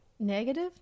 Negative